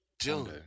June